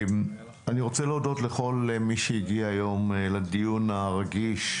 אני רוצה להודות לכול מי שהגיע היום לדיון הרגיש,